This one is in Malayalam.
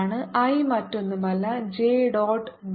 I മറ്റൊന്നുമല്ല J dot d a